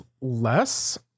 less